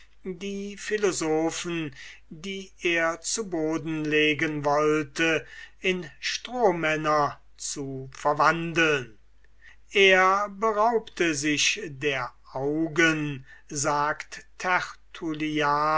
die philosophen die er zu boden legen wollte in strohmänner zu verwandeln er beraubte sich der augen sagt